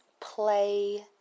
play